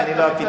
ואני לא הפתרון.